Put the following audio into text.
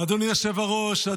ארוך, אז